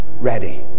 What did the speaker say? ready